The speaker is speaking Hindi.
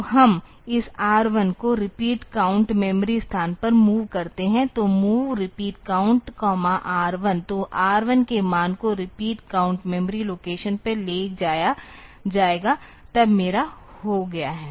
तो हम इस R 1 को रिपीट काउंट मेमोरी स्थान पर mov करते है तो MOV repeat countR 1 तो R 1 के मान को रिपीट काउंट मेमोरी लोकेशन पर ले जाया जाएगा तब मेरा हो गया है